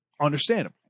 understandable